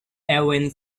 erwin